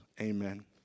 Amen